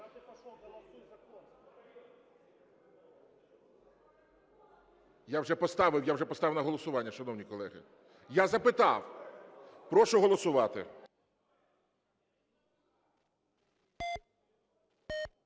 я вже поставив на голосування, шановні колеги. Я запитав. Прошу голосувати.